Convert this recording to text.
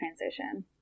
transition